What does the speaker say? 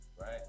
right